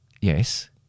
yes